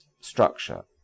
structure